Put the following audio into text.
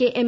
K M